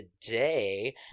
today